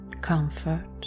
comfort